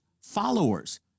followers